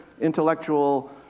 intellectual